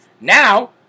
Now